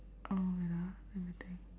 uh wait ah let me think